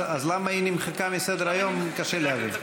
אז למה היא נמחקה מסדר-היום, קשה להבין.